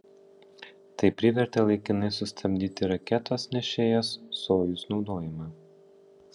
tai privertė laikinai sustabdyti raketos nešėjos sojuz naudojimą